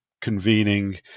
convening